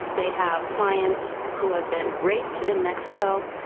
they have clients who have been raped in mexico.